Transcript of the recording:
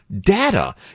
data